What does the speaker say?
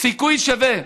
"סיכוי שווה"